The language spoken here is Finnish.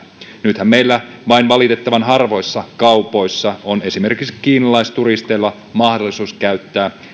nythän meillä vain valitettavan harvoissa kaupoissa on esimerkiksi kiinalaisturisteilla mahdollisuus käyttää